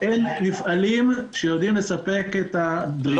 במסכות אין מפעלים שיודעים לספק את הדרישה.